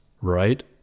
right